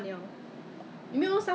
so I I I really feel that I